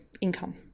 income